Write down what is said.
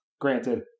granted